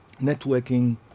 networking